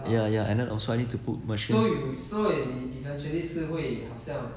ya ya and then also I need to put the machines